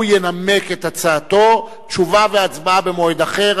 הוא ינמק את הצעתו, ותשובה והצבעה במועד אחר.